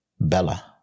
Bella